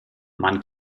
man